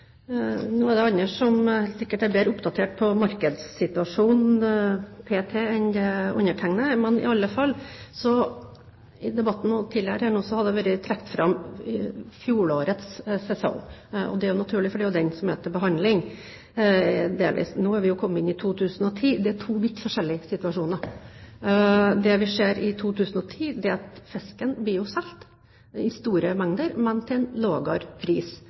er sikkert andre som er bedre oppdatert på markedssituasjonen p.t. enn undertegnede, men i alle fall: Også tidligere her i debatten har fjorårets sesong blitt trukket fram, og det er naturlig, for det er jo den som er til behandling, delvis. Nå er vi jo kommet inn i 2010 – det er to vidt forskjellige situasjoner. Det vi ser i 2010, er at fisken blir solgt – i store mengder, men til en